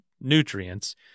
nutrients